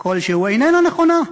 איננה נכונה.